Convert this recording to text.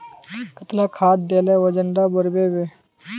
कतला खाद देले वजन डा बढ़बे बे?